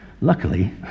Luckily